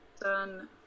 done